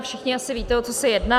Všichni asi víte, o co se jedná.